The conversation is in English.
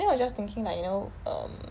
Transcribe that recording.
then I was just thinking that you know um